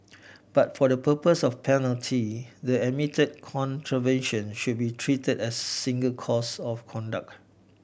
but for the purposes of penalty the admitted contravention should be treated as single course of conduct